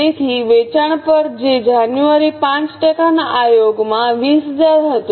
તેથી વેચાણ પર જે જાન્યુઆરી 5 ટકાના આયોગમાં 20000 હતું